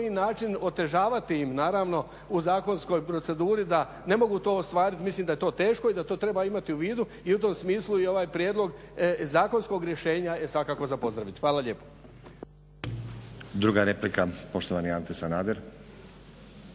način otežavati im naravno u zakonskoj proceduri da ne mogu to ostvariti, mislim da je to teško i da to treba imati u vidu i u tom smislu i ovaj prijedlog zakonskog rješenja je svakako za pozdraviti. Hvala lijepo. **Stazić, Nenad (SDP)** Druga replika, poštovani Ante Sanader.